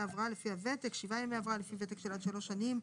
הבראה לפי הוותק (7 ימי הבראה לפי ותק עד 3 שנים,